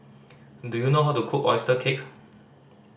do you know how to cook oyster cake